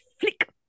flick